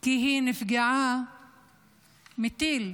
כי היא נפגעה מטיל,